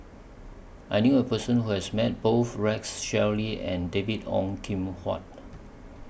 I knew A Person Who has Met Both Rex Shelley and David Ong Kim Huat